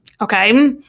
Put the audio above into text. okay